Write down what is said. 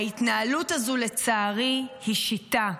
ההתנהלות הזאת, לצערי, היא שיטה.